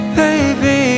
baby